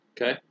Okay